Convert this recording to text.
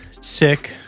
sick